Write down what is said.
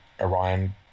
Orion